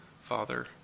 Father